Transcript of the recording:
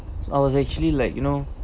I was actually like you know